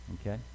Okay